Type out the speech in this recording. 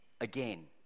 again